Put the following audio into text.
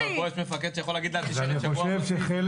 אבל פה יש מפקד שיכול להגיד לה תישארי שבוע בבסיס,